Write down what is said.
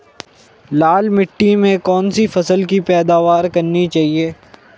लाल मिट्टी में कौन सी फसल की पैदावार करनी चाहिए?